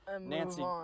Nancy